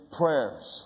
prayers